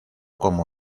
como